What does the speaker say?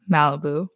Malibu